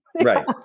Right